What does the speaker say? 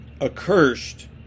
accursed